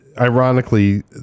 ironically